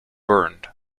burned